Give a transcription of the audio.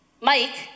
Mike